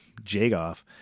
Jagoff